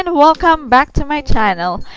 and welcome back to my channel.